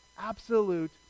absolute